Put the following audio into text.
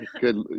Good